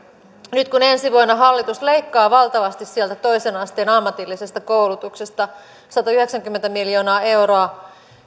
nyt kun ensi vuonna hallitus leikkaa valtavasti sieltä toisen asteen ammatillisesta koulutuksesta satayhdeksänkymmentä miljoonaa euroa